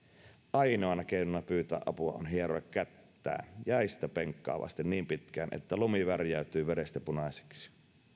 ainoana keinona pyytää apua on hieroa kättä jäistä penkkaa vasten niin pitkään että lumi värjäytyy verestä punaiseksi